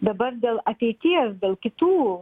dabar dėl ateities dėl kitų